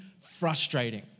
frustrating